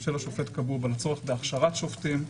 של השופט כבוב על הצורך בהכשרת שופטים.